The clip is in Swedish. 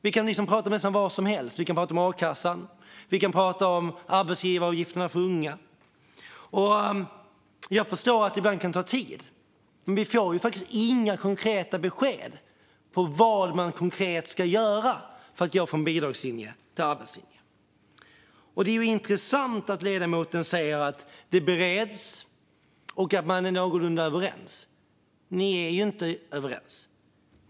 Vi kan prata om nästan vad som helst - om a-kassan, om arbetsgivaravgifterna för unga. Jag förstår att det ibland kan ta tid. Men vi får faktiskt inga konkreta besked om vad man konkret ska göra för att gå från bidragslinje till arbetslinje. Det är intressant att ledamoten säger att detta bereds och att man är någorlunda överens. Men ni är ju inte överens.